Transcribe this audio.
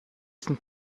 sind